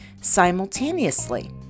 simultaneously